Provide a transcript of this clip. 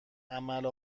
عمل